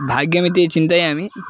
भाग्यमिति चिन्तयामि